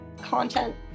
content